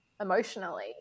emotionally